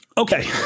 Okay